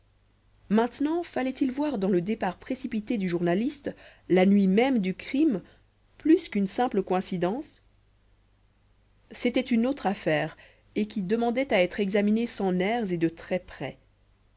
maintenant fallait-il voir dans le départ précipité du journaliste la nuit même du crime plus qu'une simple coïncidence c'était une autre affaire et qui demandait à être examinée sans nerfs et de très près